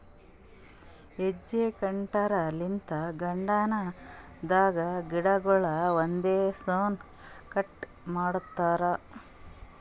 hedge cutter ಲಿಂತ್ garden ದಾಗ್ ಗಿಡಗೊಳ್ ಒಂದೇ ಸೌನ್ ಕಟ್ ಮಾಡ್ತಾರಾ